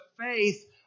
faith